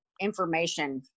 information